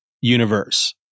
universe